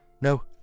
No